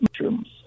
mushrooms